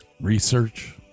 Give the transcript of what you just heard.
research